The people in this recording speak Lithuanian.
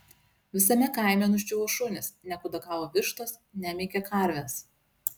visame kaime nuščiuvo šunys nekudakavo vištos nemykė karvės